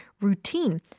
routine